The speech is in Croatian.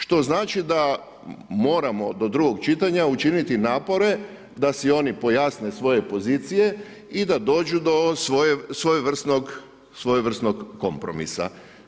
Što znači da moramo do drugog čitanja učiniti napore da si oni pojasne svoje pozicije i da dođu do svojevrsnog kompromisa.